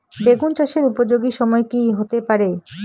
বেগুন চাষের উপযোগী সময় কি হতে পারে?